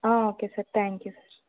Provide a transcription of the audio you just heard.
okay sir thank you